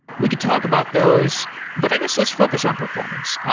we could talk about those, but i guess let's focus on performance.